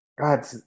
God